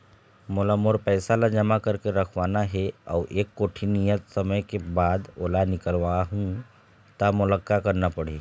मोला मोर पैसा ला जमा करके रखवाना हे अऊ एक कोठी नियत समय के बाद ओला निकलवा हु ता मोला का करना पड़ही?